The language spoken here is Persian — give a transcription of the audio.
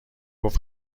گفت